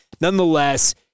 nonetheless